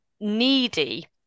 needy